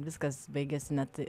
viskas baigėsi net